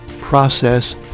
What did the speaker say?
process